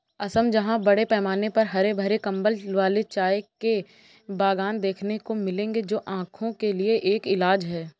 असम जहां बड़े पैमाने पर हरे भरे कंबल वाले चाय के बागान देखने को मिलेंगे जो आंखों के लिए एक इलाज है